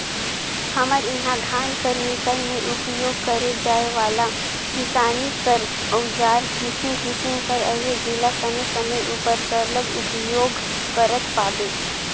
हमर इहा धान कर मिसई मे उपियोग करे जाए वाला किसानी कर अउजार किसिम किसिम कर अहे जेला समे समे उपर सरलग उपियोग करत पाबे